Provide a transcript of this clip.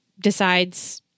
decides